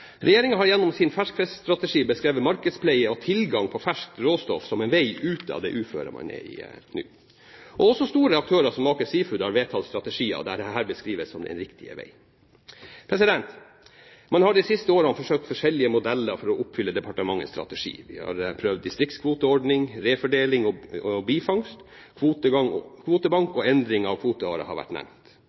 har gjennom sin ferskfiskstrategi beskrevet markedspleie og tilgang på ferskt råstoff som en vei ut av det uføret man nå er i. Også store aktører som Aker Seafoods har vedtatt strategier der dette beskrives som en riktig vei. Man har de siste årene forsøkt forskjellige modeller for å oppfylle departementets strategi. Vi har prøvd distriktskvoteordning, refordeling og bifangst, og kvotebank og endring av kvoteåret har vært nevnt.